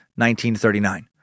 1939